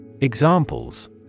Examples